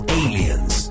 aliens